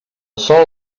sol